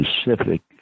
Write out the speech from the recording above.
specific